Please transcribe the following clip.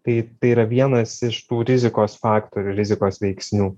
tai tai yra vienas iš tų rizikos faktorių rizikos veiksnių